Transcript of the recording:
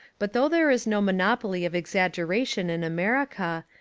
but though there is no monopoly of exag geration in america,